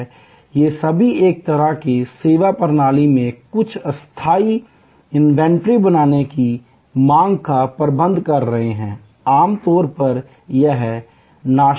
ये सभी एक तरह से सेवा प्रणाली में कुछ अस्थायी इन्वेंट्री बनाने की मांग का प्रबंधन कर रहे हैं आमतौर पर यह नाशवंत है